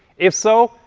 if so,